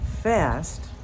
fast